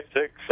six